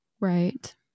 Right